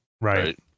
Right